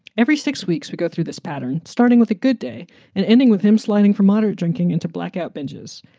every six weeks we go through this pattern, starting with a good day and ending with him, sliding for moderate drinking into blackout binges.